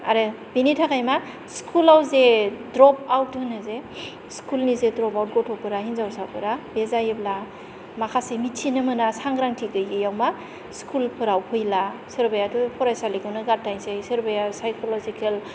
आरो बेनि थाखाय मा स्कुलाव जे द्रप आउट होनो जे स्कुलनि जे द्रप आउट गथ'फोरा हिनजावसाफोरा बे जायोब्ला माखासे मिथिनो मोना सांग्रांथि गैयैआव मा स्कुलफोराव फैला सोरबायाथ' फरायसालिखौनो गारथायसै सोरबाया सायक'लजिकेल